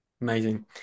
amazing